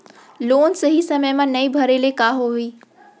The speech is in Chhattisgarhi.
लोन सही समय मा नई भरे ले का होही?